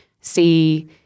see